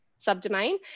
subdomain